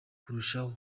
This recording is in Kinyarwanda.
kurushaho